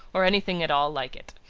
or anything at all like it.